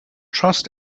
trust